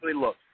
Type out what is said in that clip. look